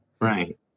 Right